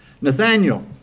Nathaniel